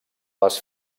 les